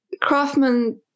craftsmen